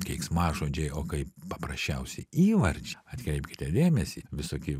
keiksmažodžiai o kaip paprasčiausi įvardžiai atkreipkite dėmesį visokie